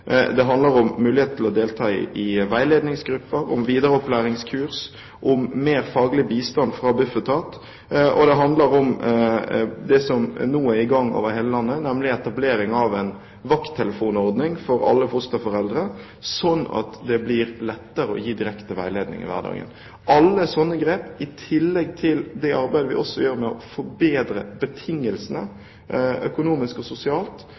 Det handler om mulighet til å delta i veiledningsgrupper, om videreopplæringskurs, om mer faglig bistand fra Bufetat og om det som nå er i gang over hele landet, nemlig etablering av en vakttelefonordning for alle fosterforeldre, slik at det blir lettere å gi direkte veiledning i hverdagen. Alle slike grep – i tillegg til det arbeidet vi også gjør med å forbedre betingelsene, økonomisk og sosialt